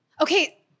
Okay